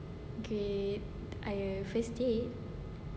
okay I first date